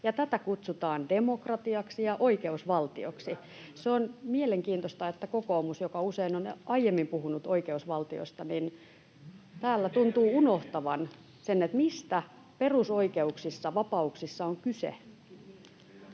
Tätä kutsutaan demokratiaksi ja oikeusvaltioksi. On mielenkiintoista, että kokoomus, joka usein aiemmin on puhunut oikeusvaltiosta, [Mauri Peltokangas: Kysyin teidän mielipidettä!] täällä tuntuu unohtavan sen, mistä perusoikeuksissa, vapauksissa on kyse.